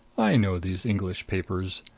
i know these english papers.